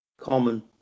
Common